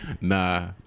Nah